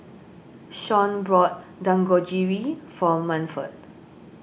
Shawnte bought Dangojiru for Manford